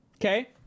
Okay